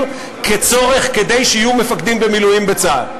כצורך כדי שיהיו מפקדים במילואים בצה"ל.